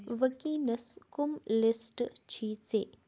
وٕنکیٚنس کوٚم لسٹہٕ چِھ ژےٚ